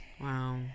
Wow